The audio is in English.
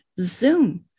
Zoom